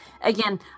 again